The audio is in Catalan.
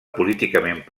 políticament